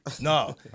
No